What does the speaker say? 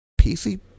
pc